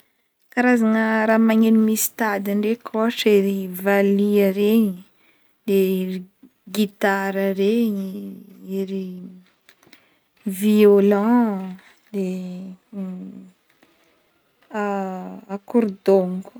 Karazagna magneno misy tadiny regny ko ohatra: ery valiha regny, gitara regny, ery violon, de a-akorodogno.